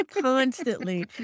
constantly